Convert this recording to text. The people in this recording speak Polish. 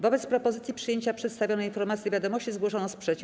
Wobec propozycji przyjęcia przedstawionej informacji do wiadomości zgłoszono sprzeciw.